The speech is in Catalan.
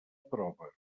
prova